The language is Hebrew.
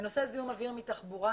בנושא זיהום אוויר מתחבורה.